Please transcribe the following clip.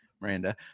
Miranda